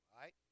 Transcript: right